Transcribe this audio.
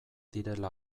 direla